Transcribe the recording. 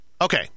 Okay